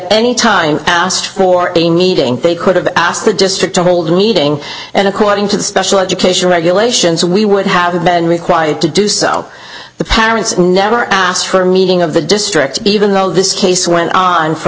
any time asked for a meeting they could have asked the district to hold a meeting and according to the special education regulations we would have been required to do so the parents never asked for a meeting of the district even though this case went on for